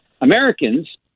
Americans